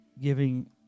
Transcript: giving